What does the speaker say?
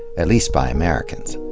at least by americans.